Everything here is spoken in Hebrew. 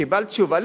קיבלת תשובה.